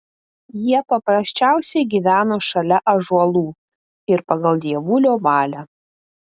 jie paprasčiausiai gyveno šalia ąžuolų ir pagal dievulio valią